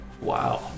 wow